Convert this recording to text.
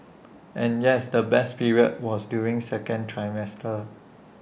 and yes the best period was during second trimester